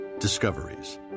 Discoveries